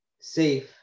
safe